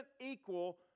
equal